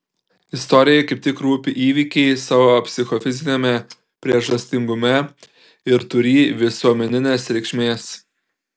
istorijai kaip tik rūpi įvykiai savo psichofiziniame priežastingume ir turį visuomeninės reikšmės